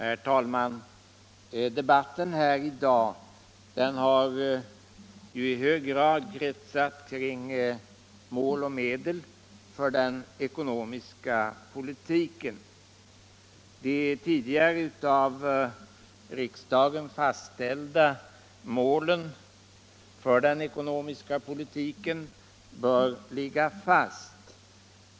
Herr talman! Debatten här i dag har i hög grad kretsat kring mål och medel för den ekonomiska politiken. De tidigare av riksdagen fastställda målen för den ekonomiska politiken bör ligga fast.